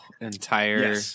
entire